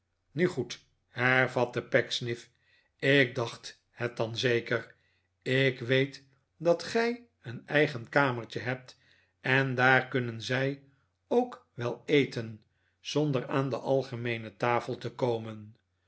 nu goed hervatte pecksniff ik dacht het dan zeker ik weet dat gij een eigen kamertje hebt en daar kunnen zij ook wel eten zonder aan de algemeene tafel te komen